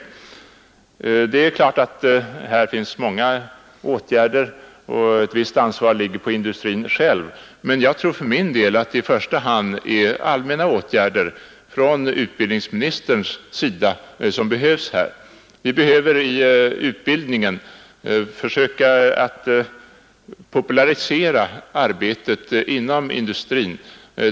Naturligtvis är många olika åtgärder tänkbara för att råda bot på sådant, och ett visst ansvar ligger väl där på industrin själv, men för min del tror jag att det i första hand är allmänna åtgärder från utbildningsministerns sida som behöver vidtas. Vi bör i utbildningen försöka popularisera arbetet inom industrin.